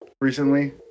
Recently